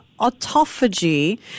autophagy